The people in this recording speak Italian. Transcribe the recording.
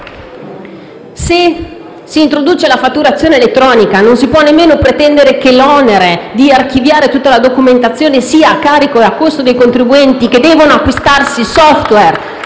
Se si introduce la fatturazione elettronica, non si può nemmeno pretendere che l'onere di archiviare tutta la documentazione sia a carico e a costo dei contribuenti, che devono acquistarsi i *software*